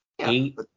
Eight